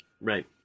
Right